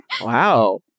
Wow